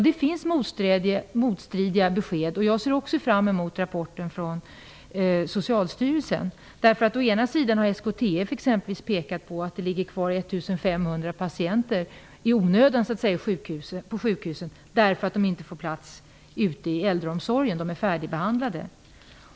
Det finns motstridiga besked, och jag ser också fram emot rapporten från Å ena sidan har t.ex. SKTF pekat på att det på sjukhusen ligger kvar 1 500 patienter som är färdigbehandlade, men inte får plats ute i äldreomsorgen.